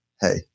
Hey